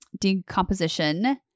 decomposition